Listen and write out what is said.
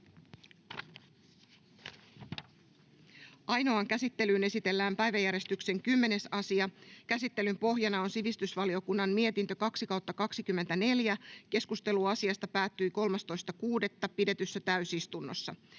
Ainoaan käsittelyyn esitellään päiväjärjestyksen 10. asia. Käsittelyn pohjana on sivistysvaliokunnan mietintö SiVM 2/2024 vp. Keskustelu asiasta päättyi 13.6.2024 pidetyssä täysistunnossa.